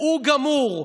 הוא גמור.